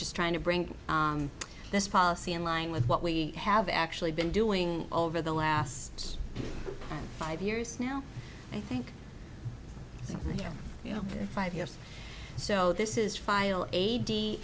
just trying to bring this policy in line with what we have actually been doing over the last five years now i think it's you know five years so this is file